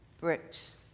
bricks